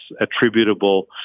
attributable